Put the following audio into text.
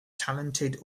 talented